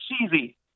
cheesy